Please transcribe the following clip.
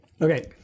Okay